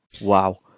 Wow